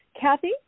Kathy